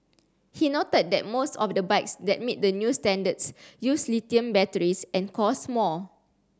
he noted that most of the bikes that meet the new standards use lithium batteries and cost more